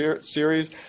Series